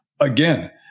Again